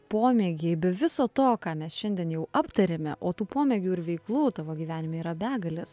pomėgiai be viso to ką mes šiandien jau aptarėme o tų pomėgių ir veiklų tavo gyvenime yra begalės